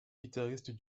guitariste